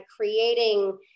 creating